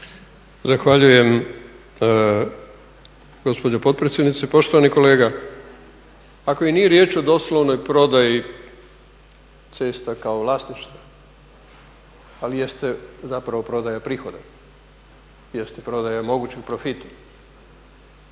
Zahvaljujem gospođo potpredsjednice. Poštovani kolega ako i nije riječ o doslovnoj prodaji cesta kao vlasništva ali jeste zapravo prodaja prihoda, jeste prodaja mogućeg profita.